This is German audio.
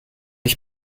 ich